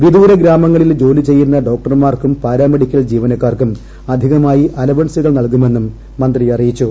വിദൂര ഗ്രാമങ്ങളിൽ ജോലി ചെയ്യുന്ന ഡോക്ടർമാർക്കും പാരാമെഡിക്കൽ ജീവനക്കാർക്കും അധികമായി അലവൻസുകൾ നല്കുമെന്നും മന്ത്രി അറിയിച്ചു